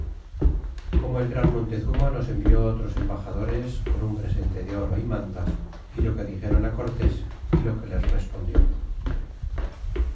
como el gran montezuma nos envió otros embaxadoros con un presente de oro y mantas y lo que dixeron á cortés y lo que les respondió